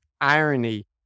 irony